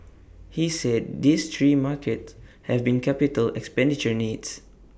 he said these three markets have big capital expenditure needs